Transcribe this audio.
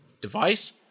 device